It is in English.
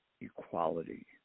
equality